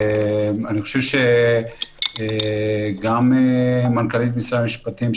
אני חושב שגם מנכ"לית משרד המשפטים,